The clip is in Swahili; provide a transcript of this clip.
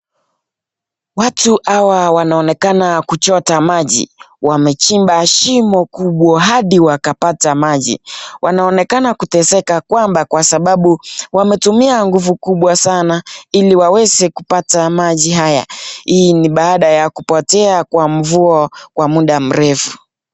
Watu hawa wanaonekana kuchota maji, wamechimba shimo kubwa hadi wakapata maji, wanaonekana kuteseka kwamba kwa sababu wametumia nguvu kubwa sana ili waweze kupata maji haya, hii ni baada ya kupotea kwa mvua kwa muda mrefu.